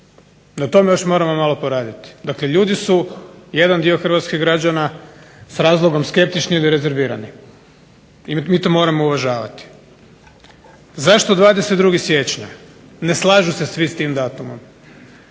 Na tome moramo još malo poraditi. Dakle ljudi su jedan dio hrvatskih građana s razlogom skeptični i rezervirani. I mi to moramo uvažavati. Zašto 22. siječnja? Ne slažu se svi s tim datumom.